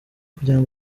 kugirango